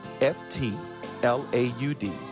F-T-L-A-U-D